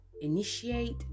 initiate